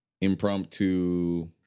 impromptu